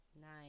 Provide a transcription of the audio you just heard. Nice